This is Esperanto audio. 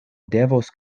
devos